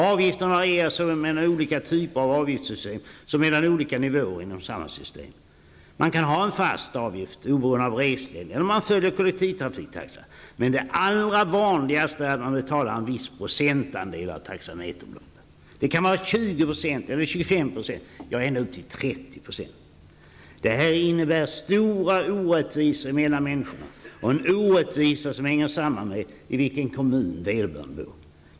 Avgifterna varierar såväl mellan olika typer av avgiftssystem som mellan olika nivåer inom samma system. Man kan ha en fast avgift oberoende av reslängd eller följa kollektivtrafiktaxan, men det allra vanligaste är att man betalar en viss procentandel av taxameterbeloppet. Det kan vara 20 %, 25 % eller ända upp till 30 %. Det här innebär stora orättvisor mellan människorna, och de orättvisorna hänger samman med i vilken kommun vederbörande bor.